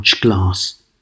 Glass